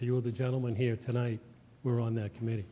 few of the gentlemen here tonight were on that committe